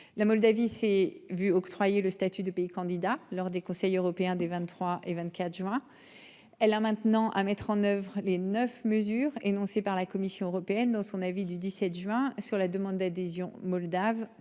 La Moldavie s'est vu octroyer le statut de pays candidat lors des conseil européen des 23 et 24 juin. Elle a maintenant à mettre en oeuvre les neufs mesures énoncées par la Commission européenne dans son avis du 17 juin sur la demande d'adhésion moldave,